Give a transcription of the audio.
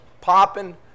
popping